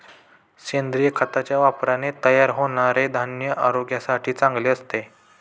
सेंद्रिय खताच्या वापराने तयार होणारे धान्य आरोग्यासाठी चांगले असते